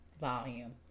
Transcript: Volume